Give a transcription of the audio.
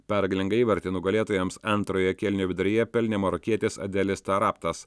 pergalingą įvartį nugalėtojams antrojo kėlinio viduryje pelnė marokietis adelis taraptas